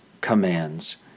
commands